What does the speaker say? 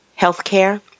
healthcare